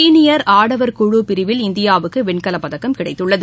senior ஆடவர் குழுப் பிரிவில் இந்தியா வுக்கு வெண்கலப்பதக்கம் கிடைத்தது